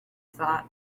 thought